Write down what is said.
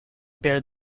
bear